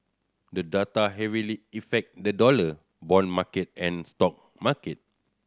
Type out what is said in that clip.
the data heavily effect the dollar bond market and stock market